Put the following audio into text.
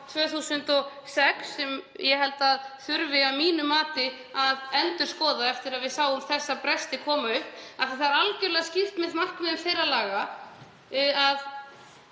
2006 sem þarf að mínu mati að endurskoða eftir að við sáum þessa bresti koma upp. Það er algerlega skýrt markmið þeirra laga að